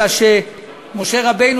אלא שמשה רבנו,